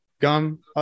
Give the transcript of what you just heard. gum